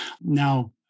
Now